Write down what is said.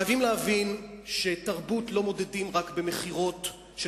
חייבים להבין שתרבות לא מודדים רק במכירות של